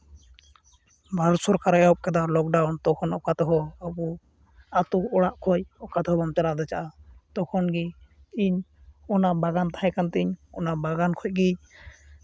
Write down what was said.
ᱵᱷᱟᱨᱚᱛ ᱥᱚᱨᱠᱟᱨᱮ ᱮᱦᱚᱵ ᱠᱮᱫᱟ ᱞᱚᱠᱰᱟᱣᱩᱱ ᱛᱚᱠᱷᱚᱱ ᱚᱠᱟ ᱛᱮᱦᱚᱸ ᱟᱵᱚ ᱟᱛᱳ ᱚᱲᱟᱜ ᱠᱷᱚᱱ ᱚᱠᱟ ᱛᱮᱦᱚᱸ ᱵᱟᱢ ᱪᱟᱞᱟᱣ ᱫᱷᱟᱪᱟᱜᱼᱟ ᱛᱚᱠᱷᱚᱱ ᱜᱮ ᱤᱧ ᱚᱱᱟ ᱵᱟᱜᱟᱱ ᱛᱟᱦᱮᱠᱟᱱ ᱛᱤᱧ ᱚᱱᱟ ᱵᱟᱜᱟᱱ ᱠᱷᱚᱱ ᱜᱤᱧ